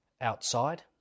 outside